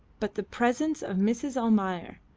but the presence of mrs. almayer,